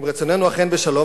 אם רצוננו אכן בשלום,